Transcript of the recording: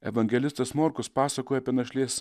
evangelistas morkus pasakoja apie našlės